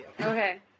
okay